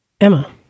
Emma